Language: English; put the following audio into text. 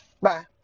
Bye